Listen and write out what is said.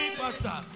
pastor